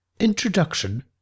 Introduction